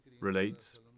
relates